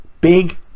big